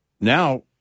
Now